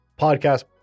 podcast